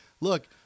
Look